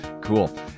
cool